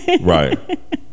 Right